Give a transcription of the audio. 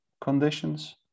conditions